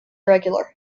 regular